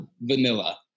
Vanilla